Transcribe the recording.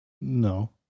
No